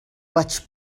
vaig